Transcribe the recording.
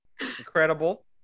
Incredible